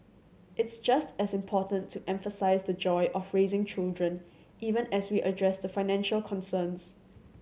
it's just as important to emphasise the joy of raising children even as we address the financial concerns